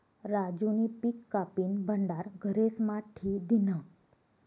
राजूनी पिक कापीन भंडार घरेस्मा ठी दिन्हं